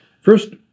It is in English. First